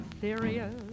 serious